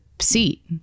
seat